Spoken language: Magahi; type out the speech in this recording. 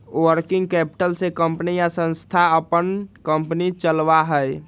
वर्किंग कैपिटल से कंपनी या संस्था अपन कंपनी चलावा हई